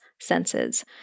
senses